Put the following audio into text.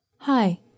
Hi